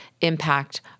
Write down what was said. impact